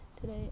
today